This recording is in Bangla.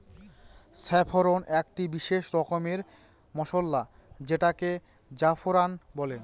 স্যাফরন একটি বিশেষ রকমের মসলা যেটাকে জাফরান বলে